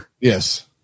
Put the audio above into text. yes